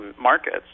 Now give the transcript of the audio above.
markets